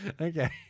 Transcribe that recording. Okay